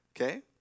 okay